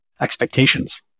expectations